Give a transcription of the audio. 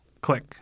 Click